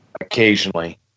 occasionally